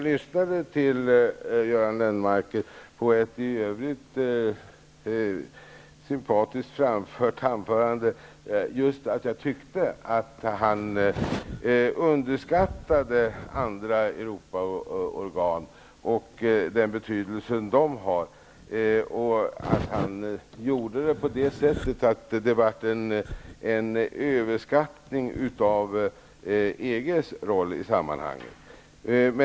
Herr talman! Göran Lennmarker höll sitt anförande på ett sympatiskt sätt, men jag reagerade för att jag tyckte att han underskattade andra europeiska organ och den betydelse de har. Jag tyckte att han gjorde det på ett sådant sätt att det blev fråga om en överskattning av EG:s roll i sammanhanget.